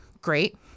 great